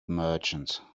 merchant